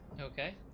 Okay